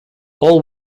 all